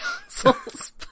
consoles